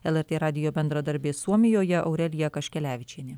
lrt radijo bendradarbė suomijoje aurelija kaškelevičienė